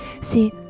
See